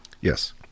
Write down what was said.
Yes